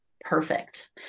perfect